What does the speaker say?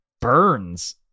burns